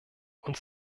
uns